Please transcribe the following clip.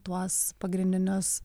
tuos pagrindinius